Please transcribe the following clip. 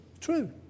True